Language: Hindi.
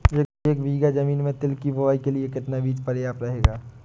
एक बीघा ज़मीन में तिल की बुआई के लिए कितना बीज प्रयाप्त रहेगा?